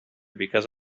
because